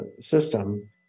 system